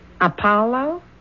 Apollo